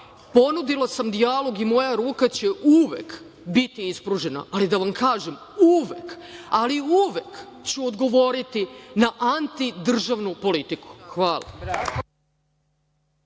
ponudila sam dijalog i moja ruka će uvek biti ispružena, ali da vam kažem, uvek, ali uvek ću odgovoriti na antidržavnu politiku. Hvala